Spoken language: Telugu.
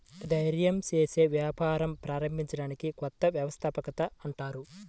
ధైర్యం చేసి వ్యాపారం ప్రారంభించడాన్ని కొత్త వ్యవస్థాపకత అంటారు